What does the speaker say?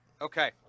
Okay